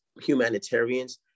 humanitarians